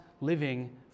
living